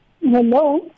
Hello